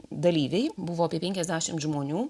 dalyviai buvo apie penkiasdešimt žmonių